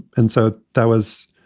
and so that was,